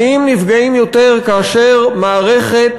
העניים נפגעים יותר כאשר מערכת